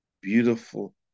beautiful